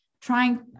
trying